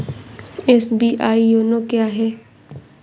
SBI YONO क्या है?